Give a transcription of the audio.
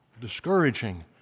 discouraging